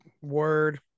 Word